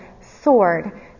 sword